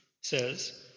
says